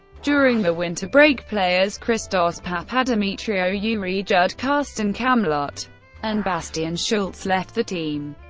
during the winter break, players christos papadimitriou, yeah juri judt, carsten kammlott and bastian schulz left the team.